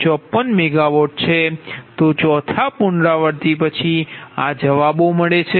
તો ચોથા પુનરાવૃત્તિ પછી આ જવાબ છે